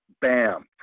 bam